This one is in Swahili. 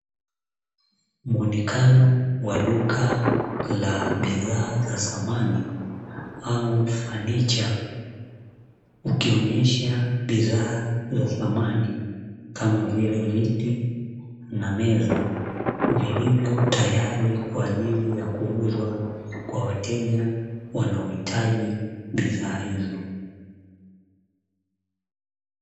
Muonekano wa duka la bidhaa za samani au fanicha, ukionesha bidhaa za samani kama vile; viti na meza vilivyo tayari kwa ajili ya kuuzwa kwa wateja wanaohitaji bidhaa hizo.